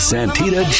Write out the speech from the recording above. Santita